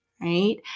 right